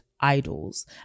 idols